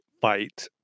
Fight